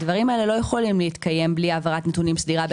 הדברים האלה לא יכולים להתקיים בלי העברת נתונים סדירה בין